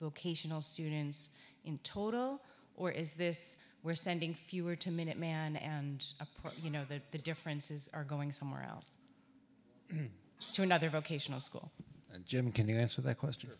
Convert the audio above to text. vocational students in total or is this we're sending fewer to minuteman and apart you know that the differences are going somewhere else to another vocational school and jim can you answer that question